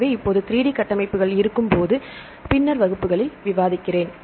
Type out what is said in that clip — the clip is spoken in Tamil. எனவே இப்போது 3d கட்டமைப்புகள் இருக்கும்போது பின்னர் வகுப்புகளில் விவாதிக்கிறேன்